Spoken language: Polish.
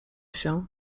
się